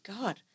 God